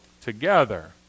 together